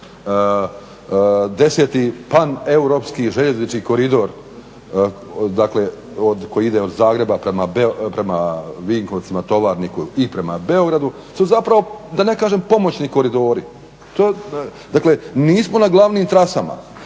deseti … europski željeznički koridor, dakle koji ide od Zagreba prema Vinkovcima, Tovarniku i prema Beogradu, su zapravo da ne kažem pomoćni koridori. Dakle, nismo na glavnim trasama,